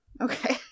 Okay